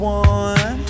one